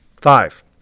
Five